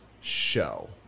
show